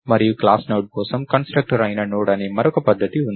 మరియు class node కోసం constructor అయిన నోడ్ అనే మరొక పద్ధతి ఉంది